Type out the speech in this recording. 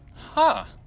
huh?